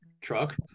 truck